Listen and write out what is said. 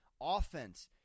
offense